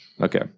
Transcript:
Okay